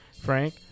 Frank